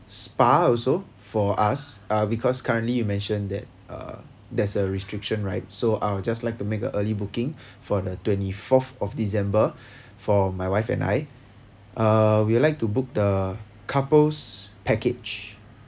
spa also for us uh because currently you mention that uh there's a restriction right so I will just like to make a early booking for the twenty fourth of december for my wife and I uh we would like to book the couple's package